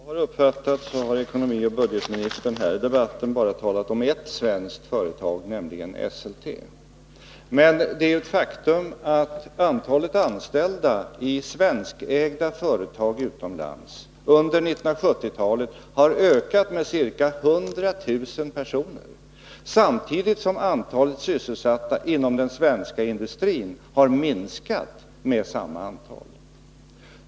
Herr talman! Såvitt jag har uppfattat det har ekonomioch budgetministern i den här debatten bara talat om ett svenskt företag, nämligen Esselte, men det är ett faktum att antalet anställda i svenskägda företag utomlands under 1970-talet har ökat med ca 100 000 personer samtidigt som antalet sysselsatta inom den svenska industrin har minskat med samma antal.